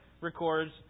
records